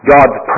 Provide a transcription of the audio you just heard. God's